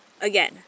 Again